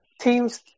teams